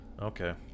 Okay